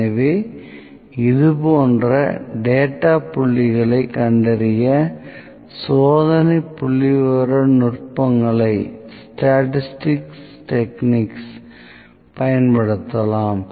எனவே இதுபோன்ற டேட்டா புள்ளிகளைக் கண்டறிய சோதனை புள்ளிவிவர நுட்பங்களைப் பயன்படுத்தலாம்